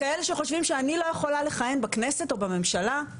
כאלה שחושבים שאני לא יכולה לכהן בכנסת או בממשלה,